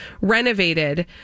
renovated